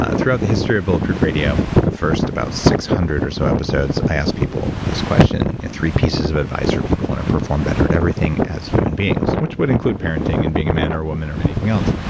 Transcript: ah throughout the history of bulletproof radio, the first about six hundred or so episodes, i asked people this question and three pieces of advice for people who want to perform better at everything as human beings, which would include parenting and being a man or a woman or anything else.